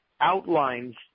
outlines